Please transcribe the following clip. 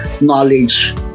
knowledge